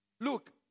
Look